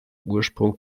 ursprung